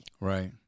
Right